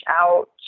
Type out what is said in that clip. out